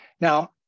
Now